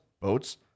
boats